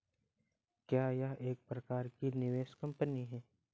क्या यह एक प्रकार की निवेश कंपनी है?